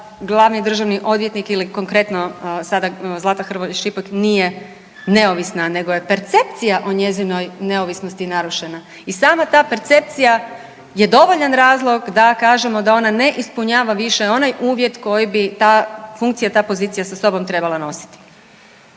glavni državni odvjetnik ili konkretno Zlata Hrvoj Šipek nije neovisna, nego je percepcija o njezinoj neovisnosti narušena. I sama ta percepcija je dovoljan razlog da kažemo da ona ne ispunjava više onaj uvjet koji bi ta funkcija, ta pozicija sa sobom trebala nositi.